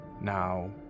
Now